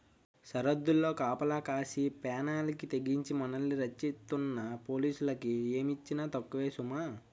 సరద్దుల్లో కాపలా కాసి పేనాలకి తెగించి మనల్ని రచ్చిస్తున్న పోలీసులకి ఏమిచ్చినా తక్కువే సుమా